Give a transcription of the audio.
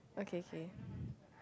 okay okay